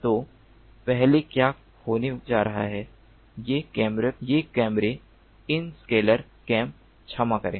तो पहले क्या होने जा रहा है ये कैमरे इन स्केलर कैम क्षमा करें